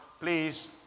Please